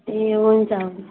ए हुन्छ हुन्छ